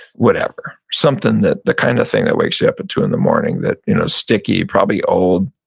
whatever, something that, the kind of thing that wakes you up at two in the morning, that you know sticky, probably old,